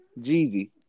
Jeezy